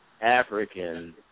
African